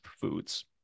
foods